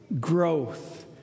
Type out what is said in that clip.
growth